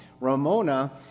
Ramona